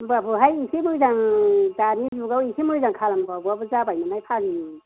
होनबाबोहाय एसे मोजां दानि जुगाव एसे मोजां खालामबावबाबो जाबायनमोनहाय फाग्लि